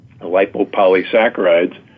lipopolysaccharides